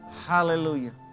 Hallelujah